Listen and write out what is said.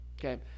okay